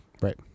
Right